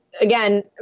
again